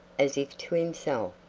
as if to himself,